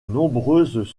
nombreuses